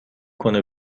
کنه